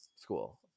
school